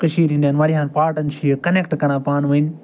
کٔشیٖرِ ہِنٛدٮ۪ن واریاہن پارٹَن چھِ یہِ کنٮ۪کٹ کران پانہٕ ؤنۍ